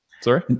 Sorry